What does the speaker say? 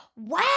Wow